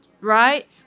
right